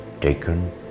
taken